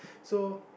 so